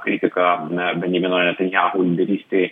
kritika benjamino netanyahu lyderystei